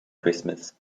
christmas